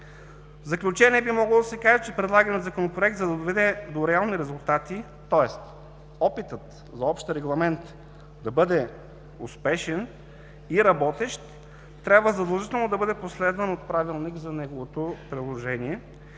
В заключение би могло да се каже, че предлаганият Законопроект, за да доведе до реални резултати, тоест опитът за общ регламент да бъде успешен и работещ, трябва задължително да бъде последван от правилник за неговото приложение,